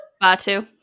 Batu